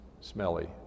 smelly